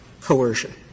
coercion